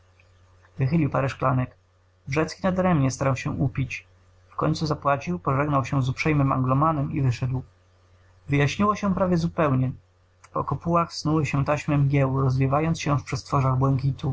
wychylił parę szklanek wrzecki nadaremnie starał się upić wkońcu zapłacił pożegnał się z uprzejmym anglomanem i wyszedł wyjaśniło się prawie zupełnie wzdłuż gzemsów murów między szczytami drzew po kopułach snuły się taśmy mgieł rozwiewając się w przestworzach błękitu